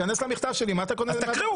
כנס למכתב שלי, מה אתה --- אז תקריא.